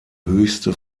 höchste